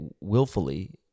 willfully